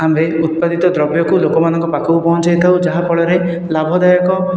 ଆମ୍ଭେ ଉତ୍ପାଦିତ ଦ୍ରବ୍ୟକୁ ଲୋକମାନଙ୍କ ପାଖକୁ ପହଞ୍ଚାଇ ଥାଉ ଯାହା ଫଳରେ ଲାଭଦାୟକ